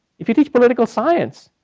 if it is political science,